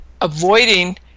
Avoiding